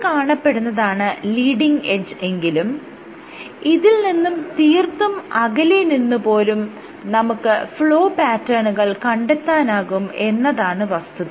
ഈ കാണപ്പെടുന്നതാണ് leading edge എങ്കിലും ഇതിൽ നിന്നും തീർത്തും അകലെ നിന്ന് പോലും നമുക്ക് ഫ്ലോ പാറ്റേണുകൾ കണ്ടെത്താനാകും എന്നതാണ് വസ്തുത